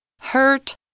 hurt